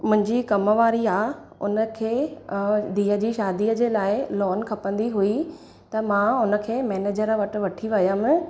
मुंहिंजी कमु वारी आहे उनखे धीअ जी शादीअ जे लाइ लॉन खपंदी हुई त मां उनखे मैनेजर वटि वठी वयमि